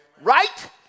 right